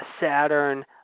Saturn